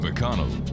McConnell